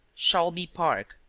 shall be park.